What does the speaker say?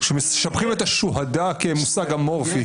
שמשבחים את השוהדא כמושג אמורפי.